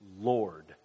lord